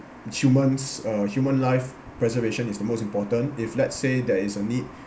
humans uh human life preservation is the most important if let's say there is a need